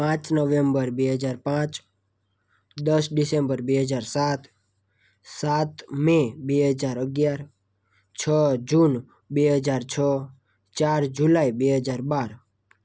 પાંચ નવેમ્બર બે હજાર પાંચ દસ ડિસેમ્બર બે હજાર સાત સાત મે બે હજાર અગિયાર છ જૂન બે હજાર છ ચાર જુલાઇ બે હજાર બાર